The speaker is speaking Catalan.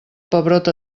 pebrot